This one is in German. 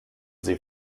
sie